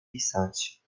pisać